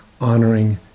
honoring